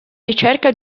ricerca